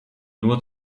nur